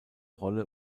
rolle